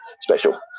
special